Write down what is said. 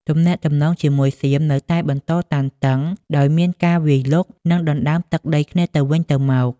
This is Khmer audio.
ទំនាក់ទំនងជាមួយសៀមនៅតែបន្តតានតឹង ដោយមានការវាយលុក និងដណ្តើមទឹកដីគ្នាទៅវិញទៅមក។